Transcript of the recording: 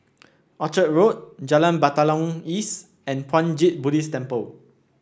Orchard Road Jalan Batalong East and Puat Jit Buddhist Temple